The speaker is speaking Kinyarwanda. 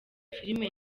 filime